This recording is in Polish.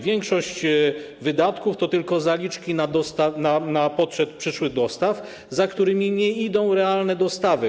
Większość wydatków to tylko zaliczki na poczet przyszłych dostaw, za którymi nie idą realne dostawy.